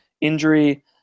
injury